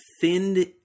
thinned